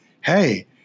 hey